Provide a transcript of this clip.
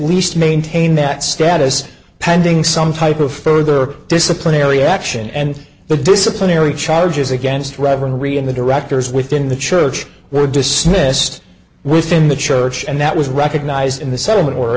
least maintain that status pending some type of further disciplinary action and the disciplinary charges against reverend re in the directors within the church were dismissed within the church and that was recognised in the settlement or